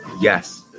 Yes